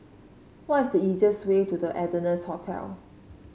what is the easiest way to The Ardennes Hotel